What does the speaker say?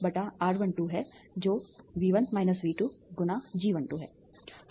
तो यह V1 V2 R12 है जो V1 V2 × G12 है